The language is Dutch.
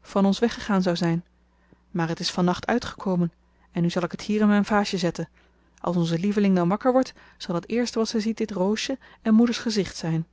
van ons weggegaan zou zijn maar het is van nacht uitgekomen en nu zal ik het hier in mijn vaasje zetten als onze lieveling dan wakker wordt zal het eerste wat zij ziet dit roosje en moeders gezicht zijn